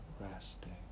resting